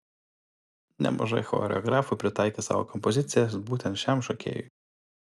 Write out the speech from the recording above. nemažai choreografų pritaikė savo kompozicijas būtent šiam šokėjui